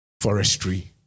forestry